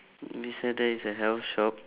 beside there is a health shop